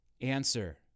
answer